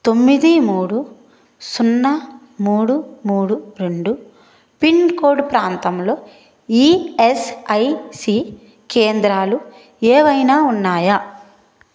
తొమ్మిది మూడు సున్న మూడు మూడు రెండు పిన్కోడ్ ప్రాంతంలో ఈఎస్ఐసి కేంద్రాలు ఏవైనా ఉన్నాయా